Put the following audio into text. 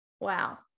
Wow